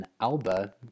ALBA